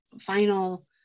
final